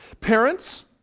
Parents